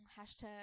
Hashtag